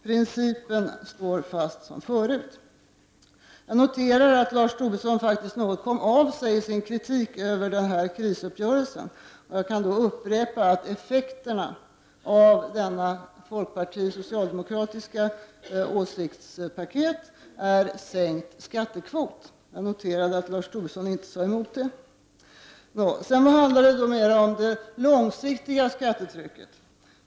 Principen står emellertid fast. Jag noterade att Lars Tobisson faktiskt något kom av sig i sin kritik av krisuppgörelsen. Effekten av folkpartiets och socialdemokraternas åsiktspaket blir en sänkning av skattekvoten, och jag noterade alltså att Lars Tobisson inte förnekade detta. Sedan handlar det om det mera långsiktiga skattetrycket.